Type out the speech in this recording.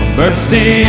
mercy